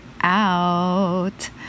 out